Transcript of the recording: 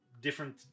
different